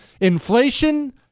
Inflation